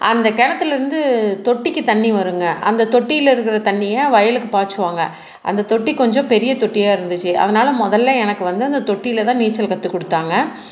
அந்த கிணத்துல இருந்து தொட்டிக்கு தண்ணி வருங்க அந்த தொட்டியில இருக்கிற தண்ணியை வயலுக்கு பாய்ச்சுவாங்க அந்த தொட்டி கொஞ்சம் பெரிய தொட்டியாக இருந்துச்சு அதனால முதல்ல எனக்கு வந்து அந்த தொட்டியில தான் நீச்சல் கற்று கொடுத்தாங்க